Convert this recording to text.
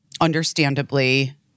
understandably